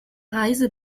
reise